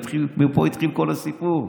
מפה התחיל כל הסיפור.